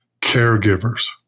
Caregivers